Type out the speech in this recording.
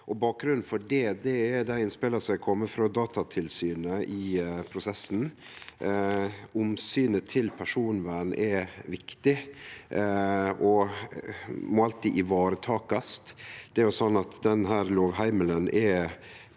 bakgrunnen for det er dei innspela som er komne frå Datatilsynet i prosessen. Omsynet til personvern er viktig og må alltid varetakast. Denne lovheimelen er